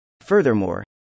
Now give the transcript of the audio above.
Furthermore